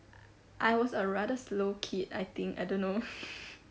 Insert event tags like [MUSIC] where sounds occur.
I was a rather slow kid I think I don't know [LAUGHS]